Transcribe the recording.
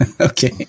Okay